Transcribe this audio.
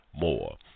more